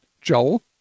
Joel